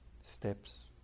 steps